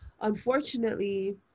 unfortunately